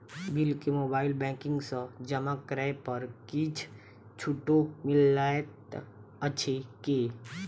Bill केँ mobile banking सँ जमा करै पर किछ छुटो मिलैत अछि की?